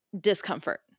discomfort